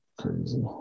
Crazy